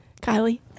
Kylie